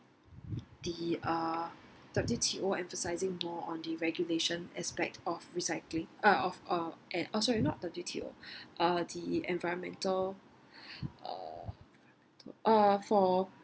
the uh W_T_O emphasizing more on the regulation aspect of recycling uh of uh eh sorry not W_T_O uh the environmental uh uh for